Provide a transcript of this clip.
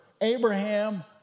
Abraham